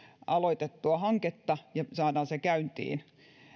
aloitettua hanketta ja saadaan se käyntiin